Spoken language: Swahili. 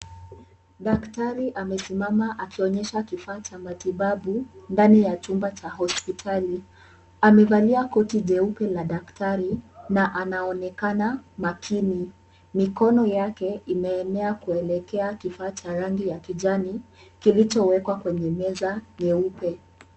Daktari amesimama akionyesha kifaa cha matibabu ndani ya chumba cha hospitali, amevalia koti jeupe la daktari na anaonekana makini, mikono yake imeenea kuelekea kifaa cha rangi ya kijani, kilichowekwa kwenye meza nyeupe.